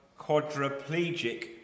quadriplegic